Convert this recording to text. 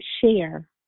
share